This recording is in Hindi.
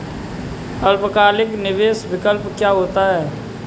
अल्पकालिक निवेश विकल्प क्या होता है?